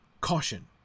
caution